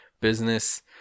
business